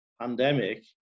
pandemic